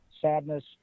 sadness